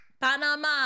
Panama